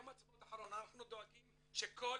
בערב יום העצמאות האחרון אנחנו דואגים שכל